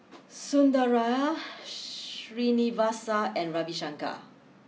Sundaraiah Srinivasa and Ravi Shankar